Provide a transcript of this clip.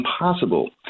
impossible